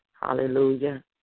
hallelujah